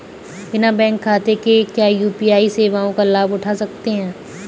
बिना बैंक खाते के क्या यू.पी.आई सेवाओं का लाभ उठा सकते हैं?